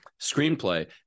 screenplay